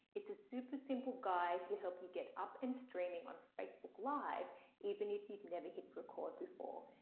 it's a super simple guide to help you get up and streaming on facebook live even if you've never hit record before.